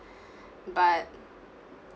but